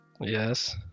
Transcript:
yes